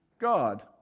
God